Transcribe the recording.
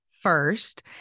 First